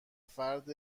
فرد